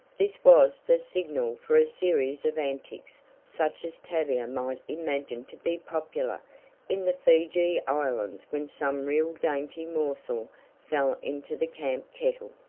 this was the signal for a series of antics such as tavia might imagine to be popular in the figi islands when some real dainty morsel fell into the camp kettle.